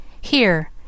here